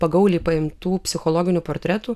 pagauliai paimtų psichologinių portretų